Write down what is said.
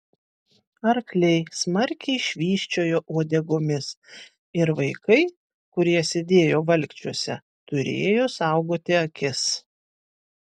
arkliai smarkiai švysčiojo uodegomis ir vaikai kurie sėdėjo valkčiuose turėjo saugoti akis